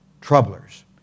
troublers